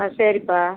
ஆ சரிப்பா